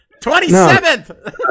Twenty-seventh